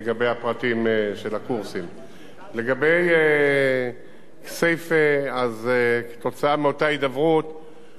לגבי כסייפה: כתוצאה מאותה הידברות ההחלטה היא בתיאום,